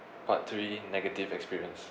part three negative experience